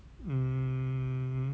mm